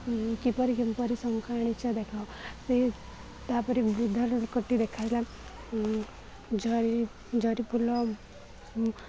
କିପରି କିପରି ଶଙ୍ଖ ଆଣିଚ ଦେଖାଅ ସେ ତାପରେ ବୃଦ୍ଧର ପ୍ରତି ଦେଖାଯାଏ ଜରି ଜରିଫୁଲ